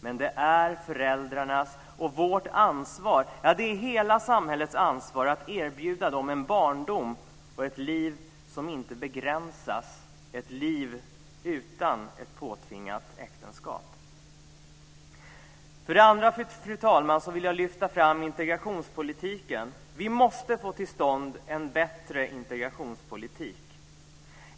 Men det är föräldrarnas och vårt ansvar, ja, det är hela samhällets ansvar, att erbjuda dem en barndom och ett liv som inte begränsas - ett liv utan ett påtvingat äktenskap. För det andra, fru talman, vill jag lyfta fram integrationspolitiken. Vi måste få till stånd en bättre integrationspolitik.